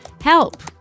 Help